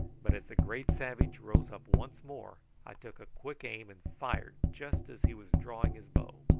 but as the great savage rose up once more i took a quick aim and fired just as he was drawing his bow.